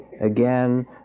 again